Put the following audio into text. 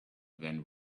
then